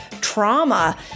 trauma